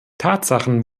tatsachen